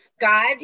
God